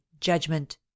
judgment